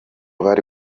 bari